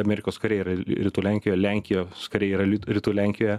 amerikos kariai yra rytų lenkijoj lenkijos kariai yra lyt rytų lenkijoje